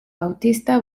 bautista